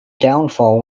downfall